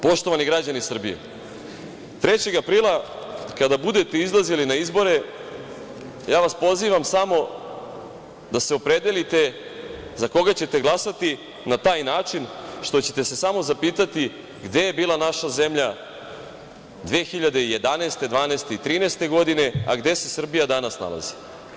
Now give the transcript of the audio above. Poštovani građani Srbije, 3. aprila kada budete izlazili na izbore ja vas pozivam samo da se opredelite za koga ćete glasati na taj način što ćete se samo zapitati gde je bila naša zemlja 2011. godine, 2012. godine, 2013. godine, a gde se Srbija danas nalazi?